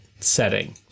setting